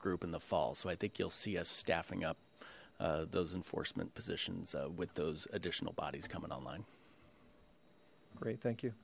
group in the fall so i think you'll see us staffing up those enforcement positions with those additional bodies coming online great thank you